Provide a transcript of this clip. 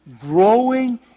growing